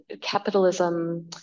capitalism